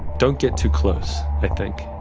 don't get too close, i think.